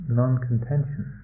non-contention